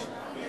המשפטי